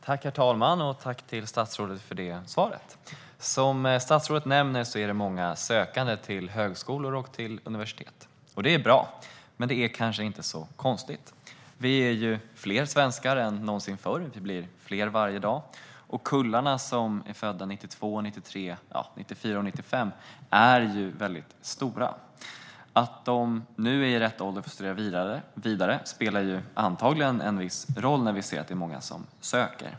Herr talman! Tack, statsrådet, för svaret! Som statsrådet nämner är det många sökande till högskolor och universitet. Det är bra, men det är kanske inte så konstigt. Vi är ju fler svenskar än någonsin förr. Vi blir fler varje dag. De kullar som är födda 1992, 1993, 1994 och 1995 är väldigt stora. Att de nu är i rätt ålder för att studera vidare spelar antagligen en viss roll när vi ser att det är många som söker.